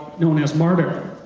known as martyr,